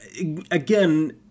again